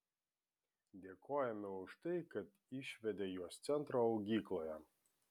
dėkojame už tai kad išvedė juos centro augykloje